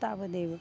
तावदेव